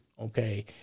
okay